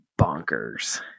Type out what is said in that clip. bonkers